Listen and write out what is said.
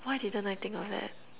why didn't I think of that